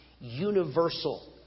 universal